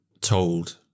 told